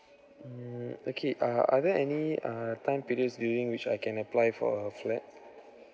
mm okay uh are there any uh time period is during which I can apply for a flat